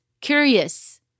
curious